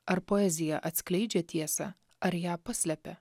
ar poezija atskleidžia tiesą ar ją paslepia